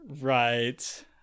right